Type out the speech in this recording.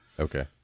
Okay